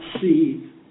see